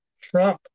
trump